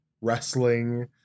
wrestling